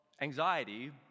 anxiety